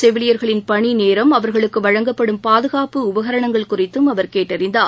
செவிலியர்களின் பணிநேரம் அவர்களுக்குவழங்கப்படும் பாதகாப்பு உபகரணங்கள் குறித்தும் அவர் கேட்டறிந்தார்